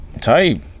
Type